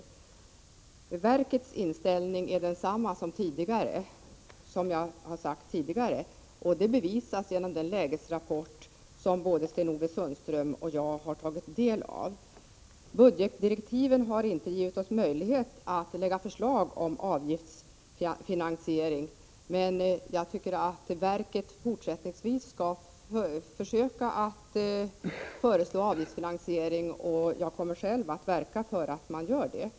Trafiksäkerhetsverkets inställning är, som jag redan sagt, densamma som tidigare. Det bevisas genom den lägesrapport som både Sten-Ove Sundström och jag har tagit del av. Budgetdirektiven har inte givit möjlighet till förslag om avgiftsfinansiering, men jag tycker att verket fortsättningsvis skall försöka föreslå avgiftsfinansiering. Jag kommer själv att i verkets styrelse arbeta för att man gör det.